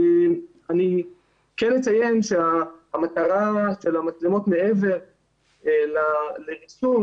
אני כן אציין שהמטרה של המצלמות, מעבר לריסון,